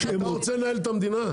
אתה רוצה לנהל את המדינה?